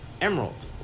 Emerald